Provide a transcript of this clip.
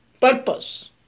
purpose